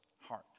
heart